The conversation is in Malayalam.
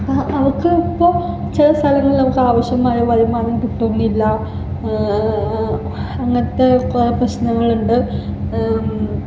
അഹ് അവർക്കിപ്പോൾ ചില സ്ഥലങ്ങളിൽ അവർക്കാവശ്യമായ വരുമാനം കിട്ടുന്നില്ല അങ്ങനത്തെ കുറെ പ്രശ്നങ്ങളുണ്ട്